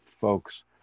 folks